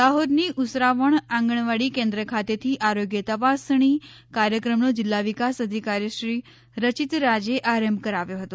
દાહોદની ઉસરાવણ આંગણવાડી કેન્દ્ર ખાતેથી આરોગ્ય તપાસણી કાર્યક્રમનો જિલ્લા વિકાસ અધિકારીશ્રી રચિત રાજે આરંભ કરાવ્યો હતો